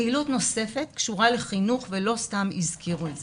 פעילות נוספת קשורה לחינוך, ולא סתם הזכירו את זה.